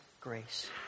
grace